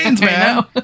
man